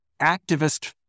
activist